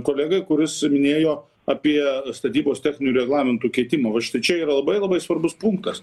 kolegai kuris minėjo apie statybos techninių reglamentų keitimą va štai čia yra labai labai svarbus punktas